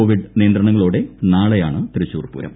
Covid നിയന്ത്രണങ്ങളോടെ നാളെയാണ് തൃശൂർ പൂരം